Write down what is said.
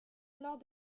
lors